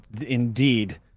indeed